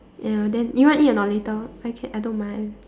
ya then you want eat or not later I can I don't mind